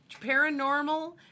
paranormal